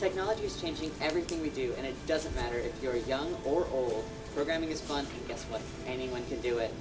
technology is changing everything we do and it doesn't matter if you're young or old programming is fun it's what anyone can do